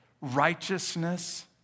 Righteousness